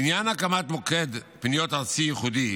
לעניין הקמת מוקד פניות ארצי ייחודי,